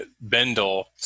Bendel